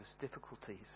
difficulties